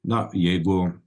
na jeigu